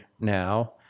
now